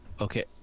okay